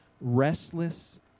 restless